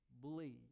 believe